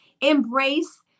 embrace